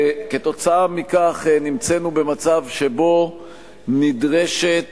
וכתוצאה מכך נמצאנו במצב שבו נדרשת